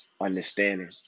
understanding